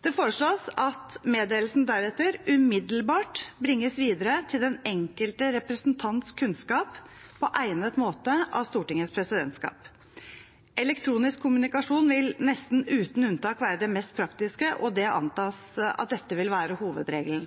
Det foreslås at Stortingets presidentskap deretter umiddelbart bringer meddelelsen videre til den enkelte representants kunnskap på egnet måte. Elektronisk kommunikasjon vil nesten uten unntak være det mest praktiske, og det antas at dette vil være hovedregelen.